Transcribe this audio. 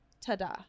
Ta-da